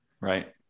right